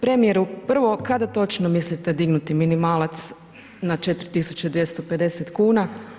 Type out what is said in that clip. Premijeru, prvo kada točno mislite dignuti minimalac na 4.250 kuna?